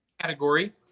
category